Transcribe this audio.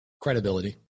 Credibility